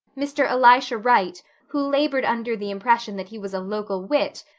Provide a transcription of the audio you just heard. mr. elisha wright, who labored under the impression that he was a local wit,